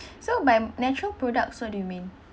so by natural products what do you mean